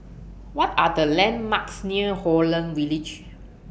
What Are The landmarks near Holland Village